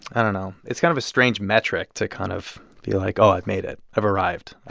and know. it's kind of a strange metric to kind of be like, oh, i've made it. i've arrived. i